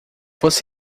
você